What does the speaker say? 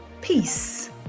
peace